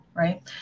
Right